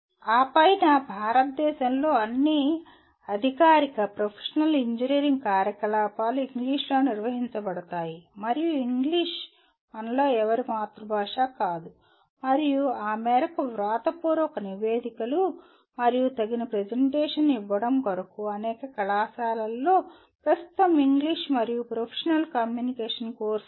ఆ పైన భారతదేశంలో అన్ని అధికారిక ప్రొఫెషనల్ ఇంజనీరింగ్ కార్యకలాపాలు ఇంగ్లీషులో నిర్వహించబడతాయి మరియు ఇంగ్లీష్ మనలో ఎవరికి మాతృభాష కాదు మరియు ఆ మేరకు వ్రాతపూర్వక నివేదికలు మరియు తగిన ప్రెజెంటేషన్ ఇవ్వడం కొరకు అనేక కళాశాలలో ప్రస్తుతం ఇంగ్లీష్ మరియు ప్రొఫెషనల్ కమ్యూనికేషన్ కోర్సు ఉంది